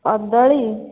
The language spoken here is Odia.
କଦଳୀ